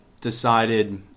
decided